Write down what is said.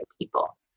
people